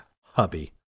hubby